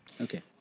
okay